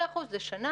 2% לשנה,